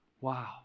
wow